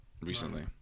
recently